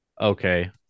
Okay